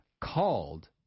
called